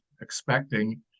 expecting